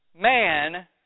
man